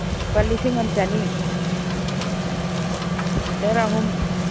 ꯂꯨꯄꯥ ꯂꯤꯁꯤꯡ ꯑꯃ ꯆꯅꯤ ꯂꯤꯇꯔ ꯑꯍꯨꯝ